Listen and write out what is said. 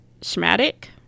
schmatic